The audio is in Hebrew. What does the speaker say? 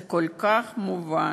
זה כל כך מובן.